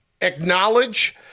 acknowledge